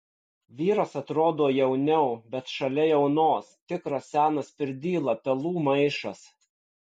vyras atrodo jauniau bet šalia jaunos tikras senas pirdyla pelų maišas